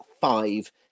five